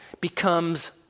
becomes